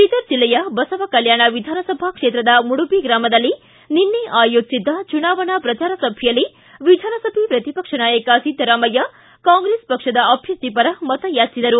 ಬೀದರ್ ಜಿಲ್ಲೆಯ ಬಸವಕಲ್ಯಾಣ ವಿಧಾನಸಭೆ ಕ್ಷೇತ್ರದ ಮುಡುಬಿ ಗ್ರಾಮದಲ್ಲಿ ನಿನ್ನೆ ಆಯೋಜಿಸಿದ್ದ ಚುನಾವಣಾ ಪ್ರಚಾರ ಸಭೆಯಲ್ಲಿ ವಿಧಾನಸಭೆ ಪ್ರತಿಪಕ್ಷ ನಾಯಕ ಸಿದ್ದರಾಮಯ್ಯ ಕಾಂಗ್ರೆಸ್ ಪಕ್ಷದ ಅಭ್ಯರ್ಥಿ ಪರ ಮತ ಯಾಚಿಸಿದರು